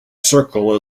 circle